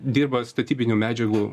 dirba statybinių medžiagų